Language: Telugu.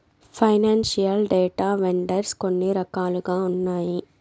ఫైనాన్సియల్ డేటా వెండర్స్ కొన్ని రకాలుగా ఉన్నాయి